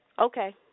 Okay